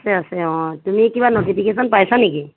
ঠিকে আছে অঁ তুমি কিবা নটিফিকেশ্যন পাইছা নেকি